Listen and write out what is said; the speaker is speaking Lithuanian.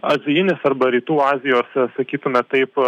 azijinės arba rytų azijos sakytume taip